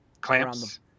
clamps